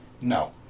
No